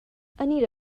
anita